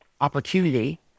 opportunity